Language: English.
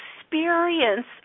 experience